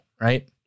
right